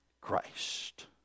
Christ